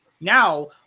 Now